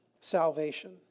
salvation